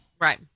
Right